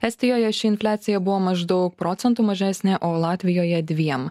estijoje ši infliacija buvo maždaug procentu mažesnė o latvijoje dviem